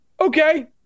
okay